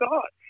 God